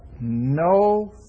no